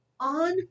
on